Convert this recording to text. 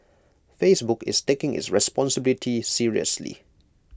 Facebook is taking its responsibility seriously